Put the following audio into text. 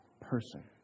person